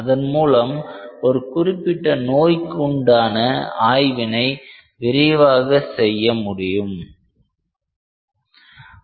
அதன்மூலம் ஒரு குறிப்பிட்ட நோய்க்கு உண்டான ஆய்வினை விரைவாக செய்ய முடியும்